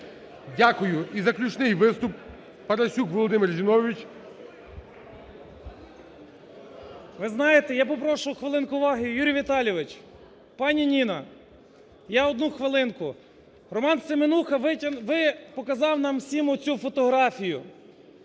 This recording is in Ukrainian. Дякую. І заключний виступ Парасюк Володимир Зіновійович. 18:33:16 ПАРАСЮК В.З. Ви знаєте, я попрошу хвилинку увагу. Юрій Віталійович, пані Ніна, я одну хвилинку. Роман Семенуха показав нам всім цю фотографію